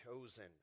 chosen